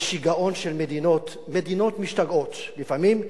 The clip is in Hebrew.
בשיגעון של מדינות, מדינות משתגעות לפעמים.